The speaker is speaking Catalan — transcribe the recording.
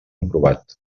aprovat